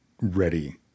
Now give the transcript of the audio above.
ready